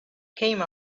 came